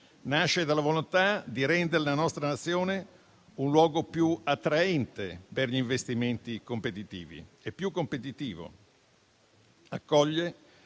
Nasce dalla volontà di rendere la nostra Nazione un luogo più attraente per gli investimenti e più competitivo. Il